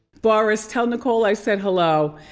boris, tell nicole i said hello.